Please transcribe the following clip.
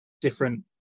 different